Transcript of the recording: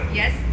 yes